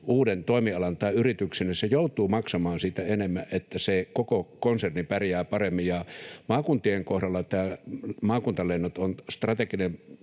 uuden toimialan tai yrityksen, se joutuu maksamaan siitä enemmän, että se koko konserni pärjää paremmin — että maakuntien kohdalla nämä maakuntalennot ovat strateginen